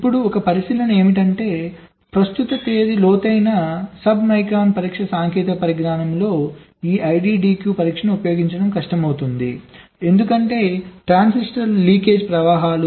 ఇప్పుడు ఒక పరిశీలన ఏమిటంటే ప్రస్తుత తేదీ లోతైన సబ్ మైక్రాన్ పరీక్ష సాంకేతిక పరిజ్ఞానంలో ఈ IDDQ పరీక్షను ఉపయోగించడం కష్టమవుతోంది ఎందుకంటే ట్రాన్సిస్టర్ లీకేజ్ ప్రవాహాలు